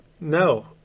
no